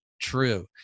true